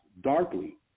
darkly